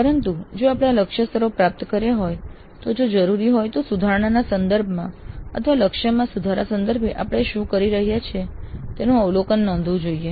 પરંતુ જો આપણે લક્ષ્ય સ્તરો પ્રાપ્ત કર્યા હોય તો જો જરૂરી હોય તો સુધારણાના સંદર્ભમાં અથવા લક્ષ્યમાં સુધારા સંદર્ભે આપણે શું કરી રહ્યા છીએ તેનું અવલોકન નોંધવું જોઈએ